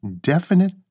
definite